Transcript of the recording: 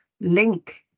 link